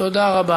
תודה רבה.